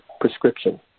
prescription